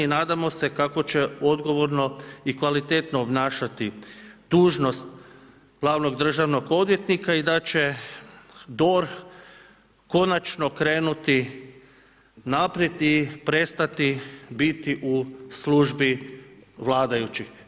I nadamo se kako će odgovorno i kvalitetno obnašati dužnost glavnog državnog odvjetnika i da će DORH konačno krenuti naprijed i prestati biti u službi vladajući.